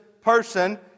person